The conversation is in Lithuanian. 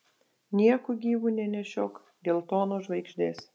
nieku gyvu nenešiok geltonos žvaigždės